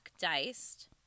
diced